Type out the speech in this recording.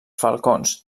falcons